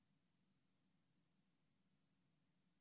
מאזרחי